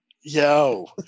yo